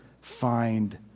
find